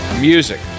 music